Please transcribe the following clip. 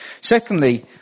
Secondly